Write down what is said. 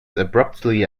abruptly